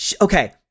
Okay